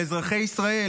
על אזרחי ישראל,